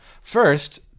first